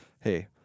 Hey